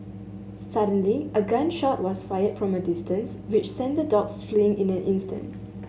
suddenly a gun shot was fired from a distance which sent the dogs fleeing in an instant